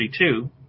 32